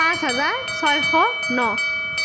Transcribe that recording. পাঁচ হাজাৰ ছয়শ ন